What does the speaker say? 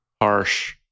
Harsh